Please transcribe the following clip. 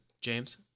James